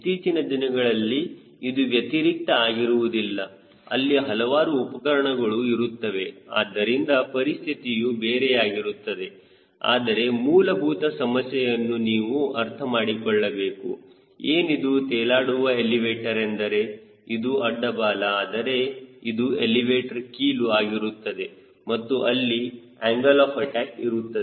ಇತ್ತೀಚಿನ ದಿನಗಳಲ್ಲಿ ಇದು ವ್ಯತಿರಿಕ್ತ ಆಗಿರುವುದಿಲ್ಲ ಅಲ್ಲಿ ಹಲವಾರು ಉಪಕರಣಗಳು ಇರುತ್ತವೆ ಆದ್ದರಿಂದ ಪರಿಸ್ಥಿತಿಯು ಬೇರೆಯಾಗಿರುತ್ತದೆ ಆದರೆ ಮೂಲಭೂತ ಸಮಸ್ಯೆಯನ್ನು ನೀವು ಅರ್ಥಮಾಡಿಕೊಳ್ಳಬೇಕು ಏನಿದು ತೇಲಾಡುವ ಎಲಿವೇಟರ್ ಎಂದರೆ ಇದು ಅಡ್ಡ ಬಾಲ ಆದರೆ ಮತ್ತು ಇದು ಎಲಿವೇಟರ್ ಕೀಲು ಆಗಿರುತ್ತದೆ ಹಾಗೂ ಅಲ್ಲಿ ಆಂಗಲ್ ಆಫ್ ಅಟ್ಯಾಕ್ ಇರುತ್ತದೆ